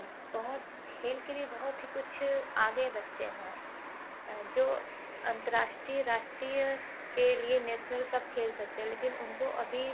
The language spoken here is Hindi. बहुत खेल के लिए बहुत कुछ आगे बच्चे हैं जो अंतरराष्ट्रीय राष्ट्रीय के लिए नेशनल सब खेल सकते हैं लेकिन उन को अभी